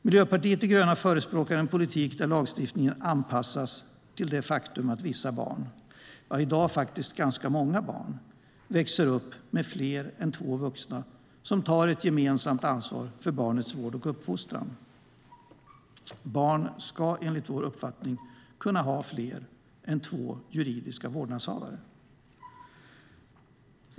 Miljöpartiet de gröna förespråkar en politik där lagstiftningen anpassas till det faktum att vissa barn - i dag faktiskt ganska många barn - växer upp med fler än två vuxna som tar ett gemensamt ansvar för barnets vård och uppfostran. Barn ska, enligt vår uppfattning, kunna ha fler än två juridiska vårdnadshavare.